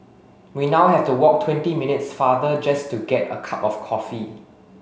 we now have to walk twenty minutes farther just to get a cup of coffee